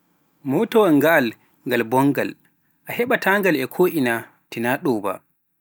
Motawal ngaal ngal bongal, hebɓta ngal to toye tina ɗoo ba.